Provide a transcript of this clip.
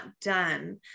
done